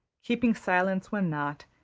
keeping silence when not,